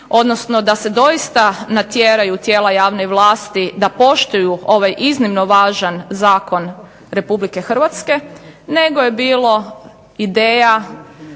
odnosno da se doista natjeraju tijela javne vlasti da poštuju ovaj iznimno važan zakon Republike Hrvatske nego je bilo ideja